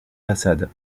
façades